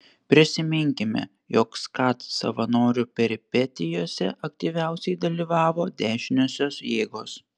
prisiminkime jog skat savanorių peripetijose aktyviausiai dalyvavo dešiniosios jėgos